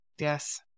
yes